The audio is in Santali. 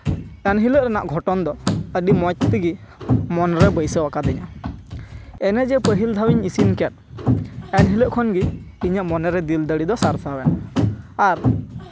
ᱮᱱᱦᱤᱞᱳᱜ ᱨᱮᱱᱟᱜ ᱜᱷᱚᱴᱚᱱ ᱫᱚ ᱟᱹᱰᱤ ᱢᱚᱡᱽ ᱛᱮ ᱢᱚᱱ ᱨᱮ ᱵᱟᱹᱭᱥᱟᱹᱣᱟᱠᱟᱫᱤᱧᱟᱹ ᱮᱱᱮᱡᱮ ᱯᱟᱹᱦᱤᱞ ᱫᱷᱟᱣᱤᱧ ᱤᱥᱤᱱ ᱠᱮᱫ ᱮᱱᱦᱤᱞᱳᱜ ᱠᱷᱚᱱ ᱜᱮ ᱤᱧᱟᱹᱜ ᱢᱚᱱᱮ ᱨᱮ ᱫᱤᱞᱼᱫᱟᱲᱮ ᱫᱚ ᱥᱟᱨᱥᱟᱣᱮᱱᱟ ᱟᱨ